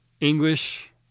English